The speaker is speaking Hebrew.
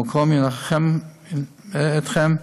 המקום ינחם אתכם,